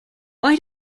why